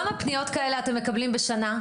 כמה פניות כאלה אתם מקבלים בשנה?